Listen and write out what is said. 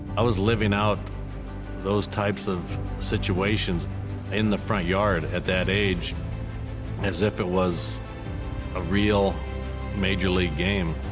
i was living out those types of situations in the front yard at that age as if it was a real major league game.